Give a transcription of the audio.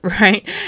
right